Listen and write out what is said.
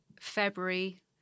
February